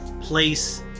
place